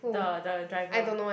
the the driver